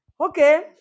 Okay